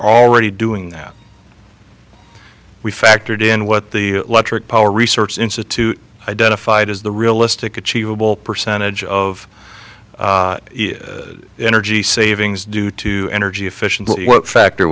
already doing that we factored in what the electric power research institute identified as the realistic achievable percentage of energy savings due to energy